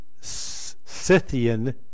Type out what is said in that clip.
Scythian